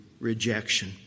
rejection